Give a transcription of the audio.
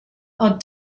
are